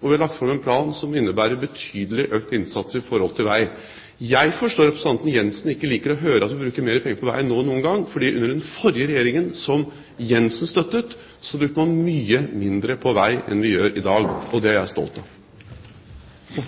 og vi har lagt fram en plan som innebærer betydelig økt innsats når det gjelder vei. Jeg forstår at representanten Jensen ikke liker å høre at vi bruker mer penger på vei nå enn noen gang, fordi under den forrige regjeringen, som Jensen støttet, brukte man mye mindre på vei enn vi gjør i dag. Dette er jeg stolt av. Jeg